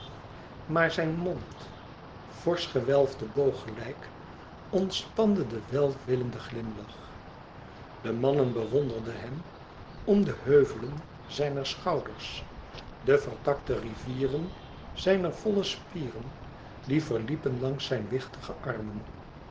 maar zijn mond forsch gewelfde boog gelijk ontspande den welwillenden glimlach de mannen bewonderden hem om de heuvelen zijner schouders de vertakte rivieren zijner volle spieren die verliepen langs zijn wichtige armen